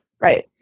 Right